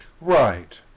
right